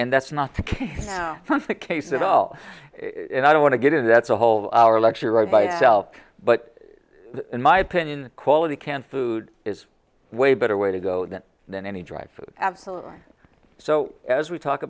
and that's not the case at all i don't want to get into that's a whole hour lecture right by itself but in my opinion quality canned food is way better way to go than than any dry food absolutely so as we talk